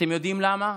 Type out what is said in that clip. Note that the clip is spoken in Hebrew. אתם יודעים למה,